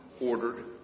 ordered